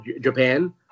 Japan